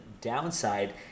downside